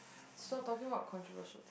stop talking about controversial